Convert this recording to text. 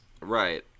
Right